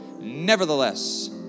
Nevertheless